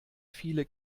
viele